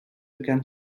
began